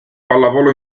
pallavolo